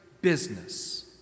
business